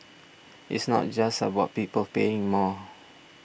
it's not just about people paying more